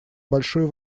большую